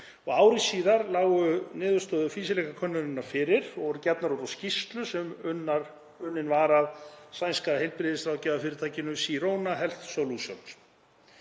ári síðar lágu niðurstöður fýsileikakönnunarinnar fyrir og voru gefnar út í skýrslu sem unnin var af sænska heilbrigðisráðgjafafyrirtækinu Sirona Health Solutions.